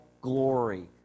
glory